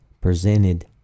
presented